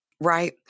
Right